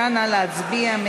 נא להצביע.